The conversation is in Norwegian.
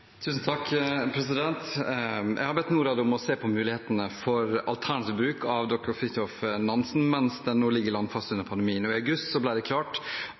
Jeg har bedt Norad om å se på mulighetene for alternativ bruk av «Dr. Fridtjof Nansen» mens den nå ligger landfast under pandemien. I august ble det klart